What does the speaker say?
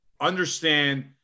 understand